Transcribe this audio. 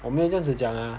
我没有这样子讲啊